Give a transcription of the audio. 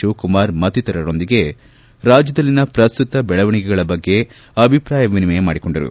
ತಿವಕುಮಾರ್ ಮತ್ತಿತರೊಂದಿಗೆ ನಾಯಕರೊಂದಿಗೆ ರಾಜ್ಯದಲ್ಲಿನ ಪ್ರಸ್ತುತ ಬೆಳವಣಿಗೆಗಳ ಬಗ್ಗೆ ಅಭಿಪ್ರಾಯ ವಿನಿಮಯ ಮಾಡಿಕೊಂಡಿದರು